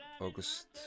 August